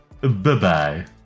Bye-bye